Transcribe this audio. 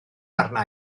arna